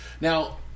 Now